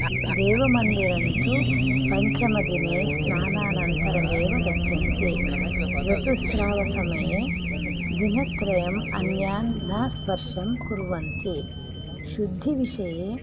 देवमन्दिरं तु पञ्चमदिने स्नानानन्तरमेव गच्छन्ति ऋतुस्रावसमये दिनत्रयम् अन्यान् न स्पर्शं कुर्वन्ति शुद्धिविषये